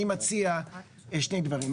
אני מציע שני דברים,